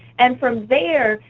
and from there,